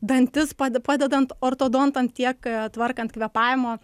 dantis pad padedant ortodontam tiek tvarkant kvėpavimo